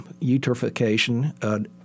eutrophication